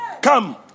come